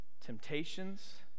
temptations